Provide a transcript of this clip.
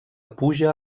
puja